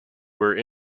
were